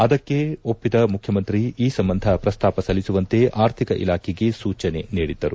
ಅದಕ್ಕೆ ಒಪ್ಪಿದ್ದ ಮುಖ್ಯಮಂತ್ರಿ ಈ ಸಂಬಂಧ ಪ್ರಸ್ತಾಪ ಸಲ್ಲಿಸುವಂತೆ ಅರ್ಥಿಕ ಇಲಾಖೆಗೆ ಸೂಚನೆ ನೀಡಿದ್ದರು